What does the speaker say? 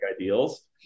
ideals